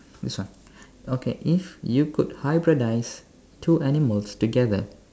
this one okay if you could hybridise two animals together